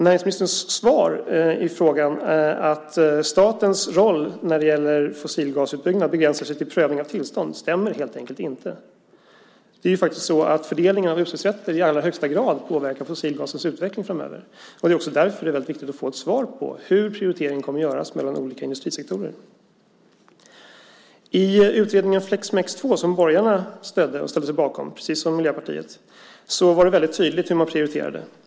Näringsministerns svar på frågan, att statens roll när det gäller fossilgasutbyggnad begränsar sig till prövning av tillstånd, stämmer helt enkelt inte. Fördelningen av utsläppsrätter påverkar ju i allra högsta grad fossilgasens utveckling framöver. Det är också därför det är väldigt viktigt att få ett svar på hur prioriteringen kommer att göras mellan olika industrisektorer. I utredningen Flexmex 2, som borgarna stödde och ställde sig bakom, precis som Miljöpartiet, var det väldigt tydligt hur man prioriterade.